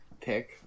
pick